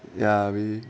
ya we